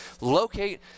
locate